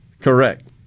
Correct